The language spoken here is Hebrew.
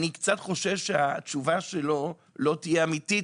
אני קצת חושש שהתשובה שלו לא תהיה אמיתית,